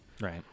Right